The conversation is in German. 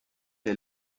der